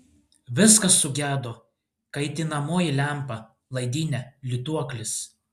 viskas sugedo kaitinamoji lempa laidynė lituoklis